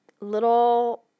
little